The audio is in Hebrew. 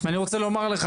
אני רוצה לומר לך,